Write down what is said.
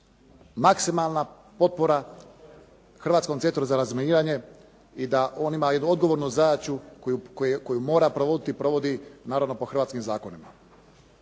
maksimalna potpora Hrvatskom centru za razminiranje i da on ima jednu odgovornu zadaću koja mora provoditi i provodi naravno po hrvatski zakonima.